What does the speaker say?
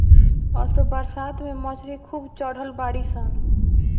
असो बरसात में मछरी खूब चढ़ल बाड़ी सन